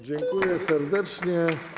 Dziękuję serdecznie.